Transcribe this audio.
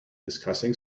discussing